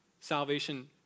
salvation